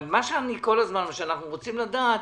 מה שאנחנו כל הזמן רוצים לדעת: